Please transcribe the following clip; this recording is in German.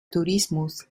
tourismus